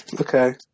Okay